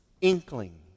inkling